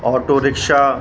auto rickshaw